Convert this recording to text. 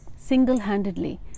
single-handedly